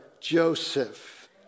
Joseph